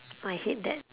I hate that